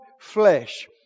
flesh